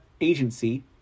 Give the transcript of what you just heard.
Agency